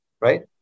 right